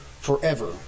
forever